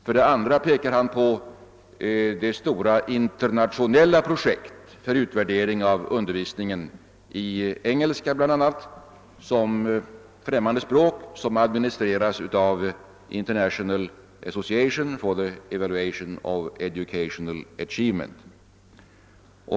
För det andra pekar han på det stora internationella projekt för utvärderingen av undervisning i engelska bl.a. som administreras av International Association for the Evaluation of Educational Achievement.